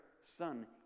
Son